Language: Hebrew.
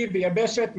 אי ויבשת,